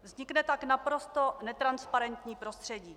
Vznikne tak naprosto netransparentní prostředí.